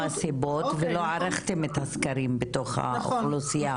סיבות ולא ערכתם את הסקרים בתוך האוכלוסייה.